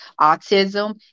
Autism